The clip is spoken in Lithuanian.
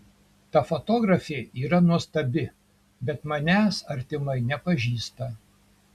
ta fotografė yra nuostabi bet manęs artimai nepažįsta